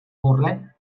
burret